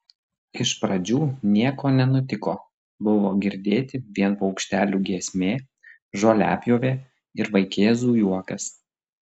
iš pradžių nieko nenutiko buvo girdėti vien paukštelių giesmė žoliapjovė ir vaikėzų juokas